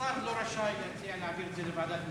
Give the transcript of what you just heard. השר לא רשאי להציע להעביר את זה לוועדת משנה.